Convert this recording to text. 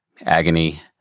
agony